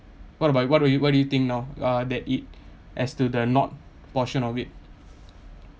what about what do you what do you think now uh that it as to the not portion of it